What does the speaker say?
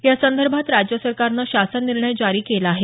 या संदर्भात राज्य सरकारनं शासन निर्णय जारी केला आहे